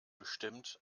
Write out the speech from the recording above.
bestimmt